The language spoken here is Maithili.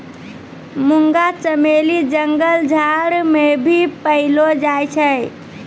मुंगा चमेली जंगल झाड़ मे भी पैलो जाय छै